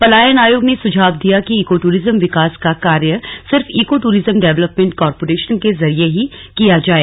पलायन आयोग ने सुझाव दिया कि इको ट्ररिज्म विकास का कार्य सिर्फ ईको ट्ररिज्म डेवलपमेंट कॉर्पोरेशन के जरिये ही किया जाए